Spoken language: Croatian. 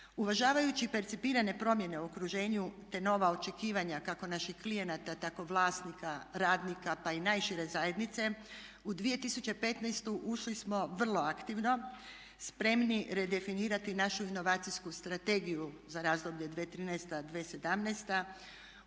Uvažavajući percipirane promjene u okruženju te nova očekivanja kako naših klijenata, tako vlasnika, radnika pa i najšire zajednice u 2015. ušli smo vrlo aktivno spremni redefinirati našu inovacijsku strategiju za razdoblje 2013./2017. u